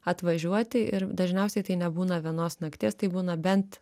atvažiuoti ir dažniausiai tai nebūna vienos nakties tai būna bent